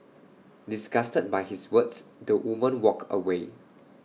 disgusted by his words the woman walked away